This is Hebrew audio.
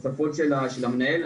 התוספות של המנהל.